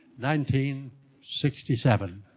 1967